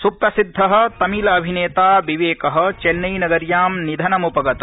सुप्रसिद्ध तमिल अभिनेता विवेक चेन्नई नगर्यां निधनमुपगत